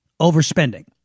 overspending